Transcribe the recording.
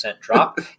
drop